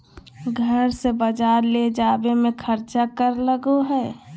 घर से बजार ले जावे के खर्चा कर लगो है?